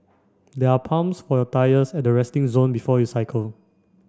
there are pumps for your tyres at the resting zone before you cycle